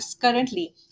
currently